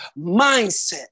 mindset